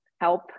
help